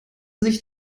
sich